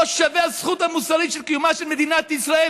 לא שווה הזכות המוסרית של קיומה של מדינת ישראל,